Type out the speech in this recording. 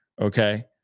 okay